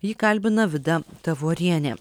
jį kalbina vida tavorienė